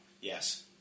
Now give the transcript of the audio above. Yes